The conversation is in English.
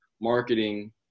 marketing